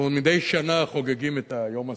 אנחנו מדי שנה "חוגגים" את היום הזה,